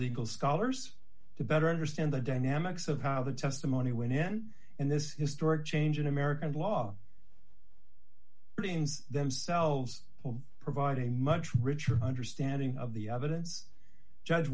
legal scholars to better understand the dynamics of how the testimony went in and this historic change in american law but ngs themselves will provide a much richer understanding of the evidence judge